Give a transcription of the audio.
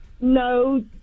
No